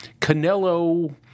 Canelo